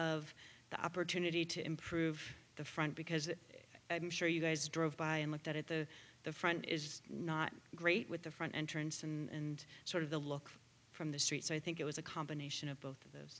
of the opportunity to improve the front because i'm sure you guys drove by and like that at the the front is not great with the front entrance and sort of the look from the street so i think it was a combination of both of those